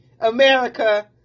America